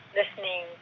listening